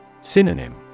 Synonym